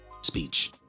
speech